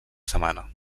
setmana